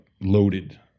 loaded